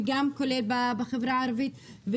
כולל בחברה הערבית,